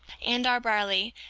and our barley,